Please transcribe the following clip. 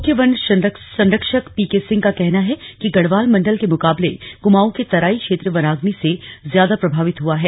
मुख्य वन संरक्षक पीके सिंह का कहना है कि गढवाल मंडल के मुकाबले कुमाऊं के तराई क्षेत्र वनाग्नि से ज्यादा प्रभावित हुआ है